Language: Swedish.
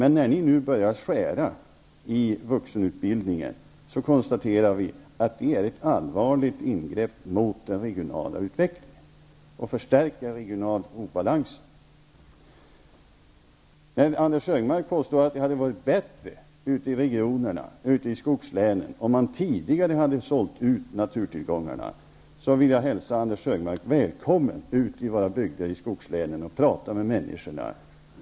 När ni nu börjar skära i vuxenutbildningen, konstaterar vi att det är ett allvarligt ingrepp mot den regionala utvecklingen och förstärker regionala obalanser. Anders G Höbgark påstår att det hade varit bättre för skogslänen om man tidigare hade sålt ut naturtillgångarna. Jag vill hälsa Anders G Högmark välkommen ut i våra bygder i skogslänen för att tala med människorna.